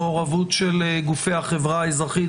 מאוד במעורבות של גופי החברה האזרחית,